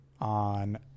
on